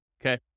Okay